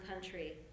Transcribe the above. country